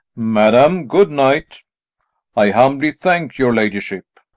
madam, good night i humbly thank your ladyship.